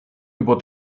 über